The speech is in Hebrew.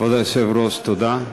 כבוד היושב-ראש, תודה.